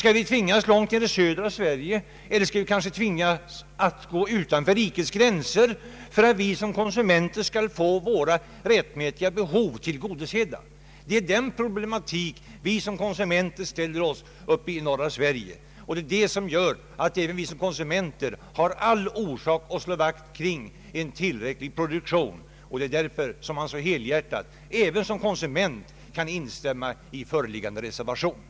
Skall vi tvingas ända ned i södra Sverige, eller skall vi tvingas att gå utanför rikets gränser för att vi såsom konsumenter skall få våra rättmätiga behov av mjölk tillgodosedda? Såsom mjölkkonsumenter i norra Sverige ställer vi oss dessa frågor. även med tanke på konsumenterna har vi alltså all orsak att slå vakt om en tillräcklig produktion. Därför kan man även såsom mjölkkonsument helhjärtat instämma i den föreliggande reservationen.